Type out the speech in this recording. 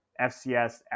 FCS